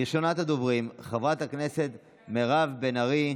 ראשונת הדוברים, חברת הכנסת מירב בן ארי,